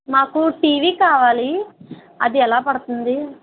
మాకు టీవీ కావాలి అది ఎలా పడుతుంది